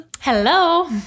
Hello